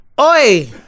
Oi